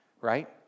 right